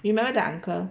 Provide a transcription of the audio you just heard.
you know the uncle